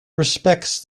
respects